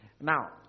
Now